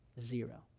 Zero